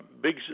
big